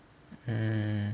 mm